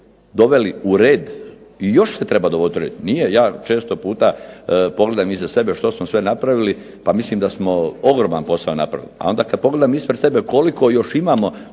doveli u red, i još se treba dovoditi u red. Nije, ja često puta pogledam iza sebe što smo sve napravili pa mislim da smo ogroman posao napravili. A onda kad pogledam ispred sebe koliko još imamo